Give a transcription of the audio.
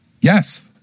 yes